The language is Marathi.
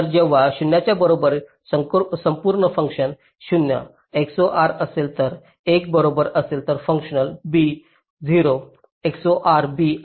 तर जेव्हा 0 च्या बरोबर संपूर्ण फंक्शन 0 XOR असेल तर 1 बरोबर असेल तर फंक्शन b 0 XOR b असेल